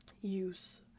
use